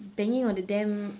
banging on the damn